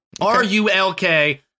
R-U-L-K